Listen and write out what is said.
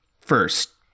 first